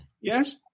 Yes